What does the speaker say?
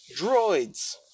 Droids